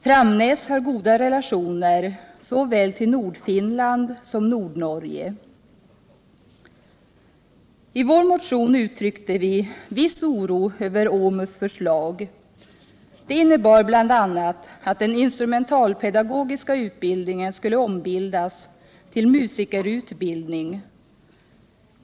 Framnäs har goda relationer såväl till Nordfinland som till Nordnorge. I vår motion uttryckte vi en viss oro över OMUS förslag. Det innebar bl.a. att den instrumentalpedagogiska utbildningen skulle ombildas till musikerutbildning.